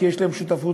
כי יש להם שותפות